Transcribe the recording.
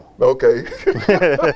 Okay